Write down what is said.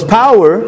power